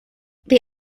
they